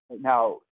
Now